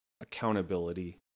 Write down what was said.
accountability